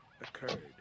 occurred